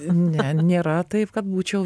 ne nėra taip kad būčiau